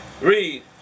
Read